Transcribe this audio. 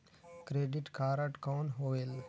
Credit card कौन होएल?